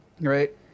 right